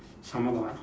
some more got what